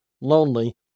lonely